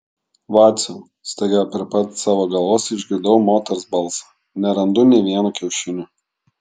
vaciau staiga prie pat savo galvos išgirdau moters balsą nerandu nė vieno kiaušinio